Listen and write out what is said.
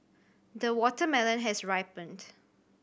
the watermelon has ripened